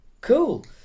cool